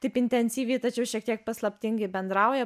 taip intensyviai tačiau šiek tiek paslaptingai bendrauja